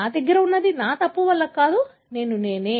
నా దగ్గర ఉన్నది నా తప్పు వల్ల కాదు నేను నేనే